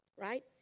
right